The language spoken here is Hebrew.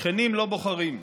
שכנים לא בוחרים.